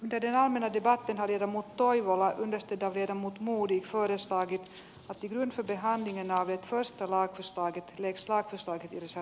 deedeenhan minä päätin hirmu toivola yhdistetään jermut muurit korostaa nyt otti työnsä pihan leena rytmeistä laakista ekstaattista kyvyistä